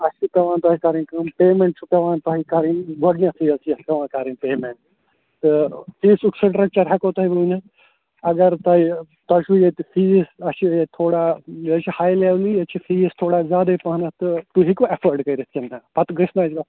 اَسہِ چھِ پٮ۪وان تۄہہِ کَرٕنۍ کٲم پیمٮ۪نٛٹ چھو پٮ۪وان تۄہہِ کَرٕنۍ گۄڈنٮ۪تھٕے حظ چھِ یَتھ پٮ۪وان کَرٕنۍ پیمٮ۪نٛٹ تہٕ فیٖسُک سِٹرٛکچَر ہٮ۪کو تۄہہِ بہٕ ؤنِتھ اگر تۄہہِ تۄہہِ چھُو ییٚتہِ فیٖس اَسہِ چھِ ییٚتہِ تھوڑا یہِ حظ چھِ ہاے لٮ۪ولہِ ییٚتہِ چھِ فیٖس تھوڑا زیادَے پَہمَتھ تہٕ تُہۍ ہیٚکوُ اٮ۪فٲڈ کٔرِتھ کِنہٕ نہ پتہٕ گَژھِ نہٕ اَسہِ